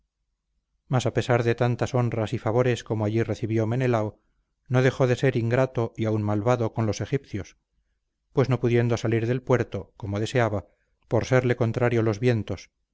mas a pesar de tantas honras y favores como allí recibió menelao no dejó de ser ingrato y aun malvado con los egipcios pues no pudiendo salir del puerto como deseaba por serle contrario los vientos